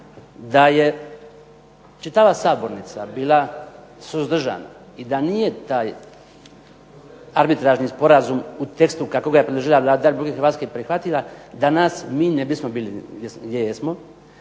da je čitava sabornica bila suzdržana i da nije taj arbitražni sporazum u tekstu kako ga je predložila Vlada Republike Hrvatske prihvatila danas mi ne bismo bili gdje jesmo,